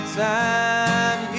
time